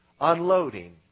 unloading